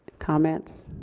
comments?